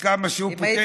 וכמה שהוא פותח,